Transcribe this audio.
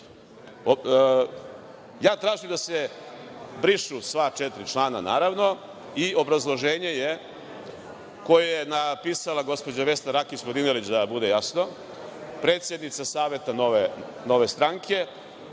Ja tražim da se brišu sva četiri člana, naravno, i obrazloženje je, koje je napisala gospođa Vesna Rakić Vodenilić, da bude jasno, predsednica saveta Nove stranke,